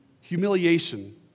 humiliation